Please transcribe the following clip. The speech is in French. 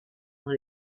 dans